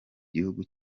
gihugu